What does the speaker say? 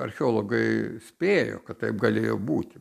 archeologai spėjo kad taip galėjo būti